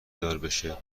داربشه